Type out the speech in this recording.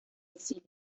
exilio